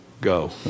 go